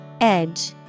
Edge